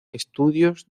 estudios